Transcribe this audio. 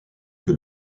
que